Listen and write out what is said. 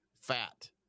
fat